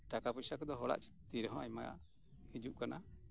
ᱴᱟᱠᱟ ᱯᱚᱭᱥᱟ ᱠᱚᱫᱚ ᱦᱚᱲᱟᱜ ᱛᱤᱨᱮ ᱦᱚᱸ ᱟᱭᱢᱟ ᱦᱤᱡᱩᱜ ᱠᱟᱱᱟ